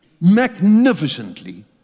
magnificently